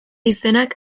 izenak